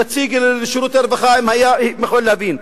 נציג שירותי הרווחה, אם היה, הייתי יכול להבין.